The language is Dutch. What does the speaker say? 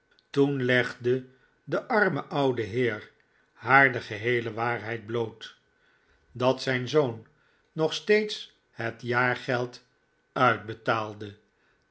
toen legde de arme oude heer haar de geheele waarheid bloot dat zijn zoon nog steeds het jaargeld uitbetaalde